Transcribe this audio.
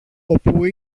όπου